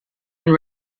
and